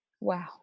Wow